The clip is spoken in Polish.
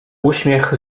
uśmiech